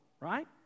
right